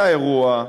היה אירוע,